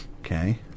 Okay